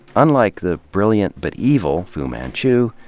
unlike the brilliant but evil fu manchu,